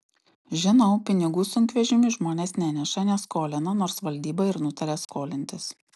žinau pinigų sunkvežimiui žmonės neneša neskolina nors valdyba ir nutarė skolintis